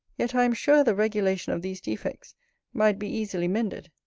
yet i am sure the regulation of these defects might be easily mended.